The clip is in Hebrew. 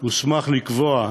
הוסמך לקבוע בצו,